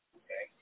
okay